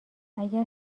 اگر